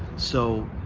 so,